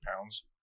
pounds